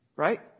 right